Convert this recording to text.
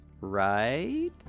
right